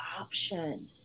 option